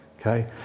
okay